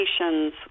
nations